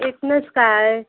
एटनस का है